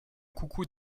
coucou